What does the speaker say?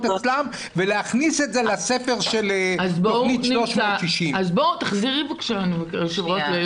אצלם ולהכניס את זה לספר של תכנית 360. אז בואי תחזרי בבקשה היו"ר,